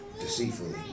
deceitfully